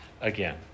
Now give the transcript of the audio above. again